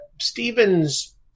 Stephen's